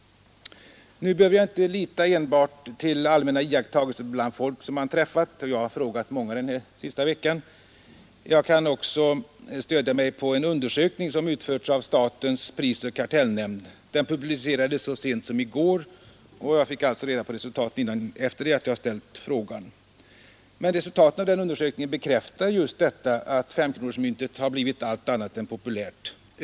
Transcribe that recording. Nu behöver jag inte lita enbart till allmänna iakttagelser bland folk som man träffat, och jag har frågat många den här sista veckan. Jag kan också stödja mig på en undersökning som har utförts av statens prisoch kartellnämnd. Den publicerades så sent som i går, och jag fick alltså reda på resultatet efter det att jag hade ställt frågan. Men resultatet av den undersökningen bekräftar just att femkronorsmyntet blivit allt annat än populärt.